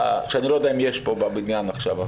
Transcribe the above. שאני לא יודע אם יש פה בבניין עכשיו.